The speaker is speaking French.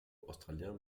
australien